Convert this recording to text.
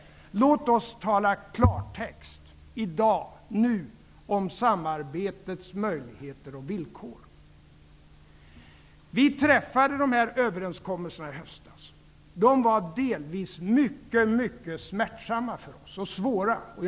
Låt oss tala klartext i dag, ja nu, om samarbetets möjligheter och villkor. Vi träffade de här överenskommelserna i höstas. De var delvis mycket, mycket smärtsamma och svåra för oss.